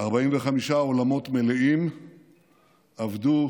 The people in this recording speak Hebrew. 45 עולמות מלאים אבדו